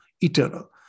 eternal